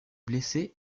blessé